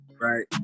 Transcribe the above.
Right